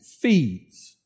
feeds